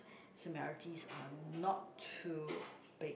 similarities are not too big